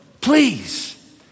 Please